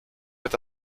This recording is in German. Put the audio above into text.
wird